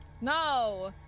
No